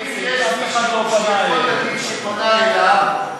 אף אחד לא פנה אלינו.